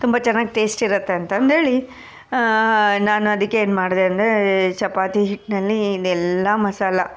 ತುಂಬ ಚೆನ್ನಾಗಿ ಟೇಸ್ಟಿರುತ್ತೆ ಅಂತಂದೇಳಿ ನಾನು ಅದಕ್ಕೇನು ಮಾಡಿದೆ ಅಂದರೆ ಚಪಾತಿ ಹಿಟ್ನಲ್ಲಿ ಇದನ್ನೆಲ್ಲ ಮಸಾಲೆ